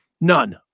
None